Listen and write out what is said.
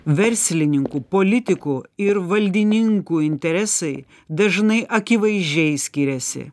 verslininkų politikų ir valdininkų interesai dažnai akivaizdžiai skiriasi